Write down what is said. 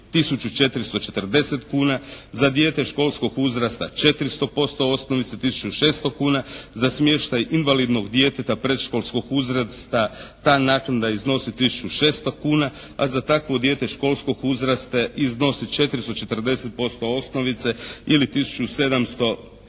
440 kuna. Za dijete školskog uzrasta 400% osnovice tisuću 600 kuna. Za smještaj invalidnog djeteta predškolskog uzrasta ta naknada iznosi tisuću 600 kuna, a za takvo dijete školskog uzrasta iznosi 440% osnovice ili tisuću